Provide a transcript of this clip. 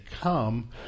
come